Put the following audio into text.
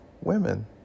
women